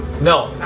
No